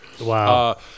Wow